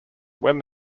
when